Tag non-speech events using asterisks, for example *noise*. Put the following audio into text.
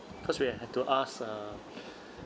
cause we had to ask uh *breath*